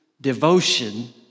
devotion